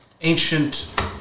ancient